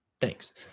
thanks